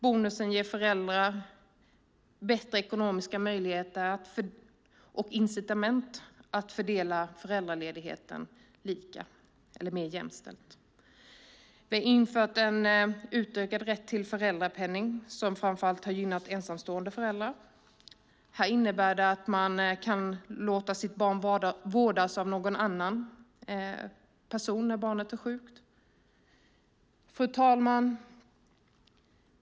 Bonusen ger föräldrar bättre ekonomiska möjligheter och incitament att fördela föräldraledigheten lika eller mer jämställt. Vi har infört en utökad rätt till föräldrapenning som framför allt har gynnat ensamstående föräldrar. Det innebär att man kan låta sitt barn vårdas av någon annan person när barnet är sjukt. Fru talman!